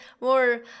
more